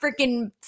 freaking